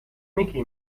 micky